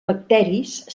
bacteris